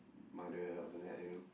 mother or something that you know